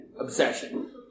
obsession